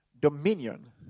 Dominion